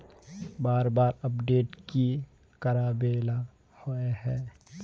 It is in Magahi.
बार बार अपडेट की कराबेला होय है?